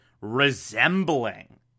resembling